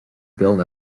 built